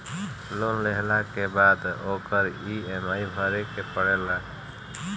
loan लेहला के बाद ओकर इ.एम.आई भरे के पड़ेला